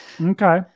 Okay